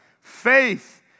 Faith